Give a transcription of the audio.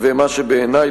ומה שבעיני,